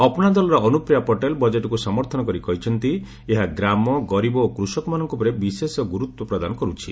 ଅପ୍ନା ଦଳର ଅନୁପ୍ରିୟା ପଟେଲ୍ ବଜେଟ୍କୁ ସମର୍ଥନ କରି କହିଛନ୍ତି ଏହା ଗ୍ରାମ ଗରିବ ଓ କୃଷକମାନଙ୍କ ଉପରେ ବିଶେଷ ଗୁରୁତ୍ୱ ପ୍ରଦାନ କରୁଛି